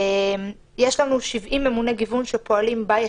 יש לנו 70 ממוני גיוון שפועלים ביחידות.